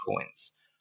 coins